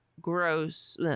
Gross